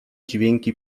dźwięki